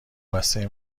بسته